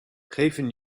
geven